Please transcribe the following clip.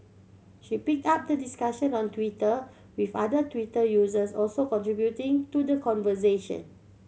she picked up the discussion on Twitter with other Twitter users also contributing to the conversation